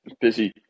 Busy